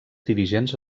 dirigents